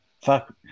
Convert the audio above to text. Fuck